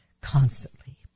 constantly